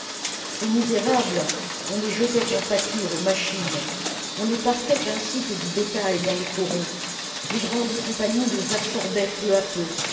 ces misérables on les jetait en pâture aux machines on les parquait ainsi que du bétail dans les corons les grandes compagnies les absorbaient peu à peu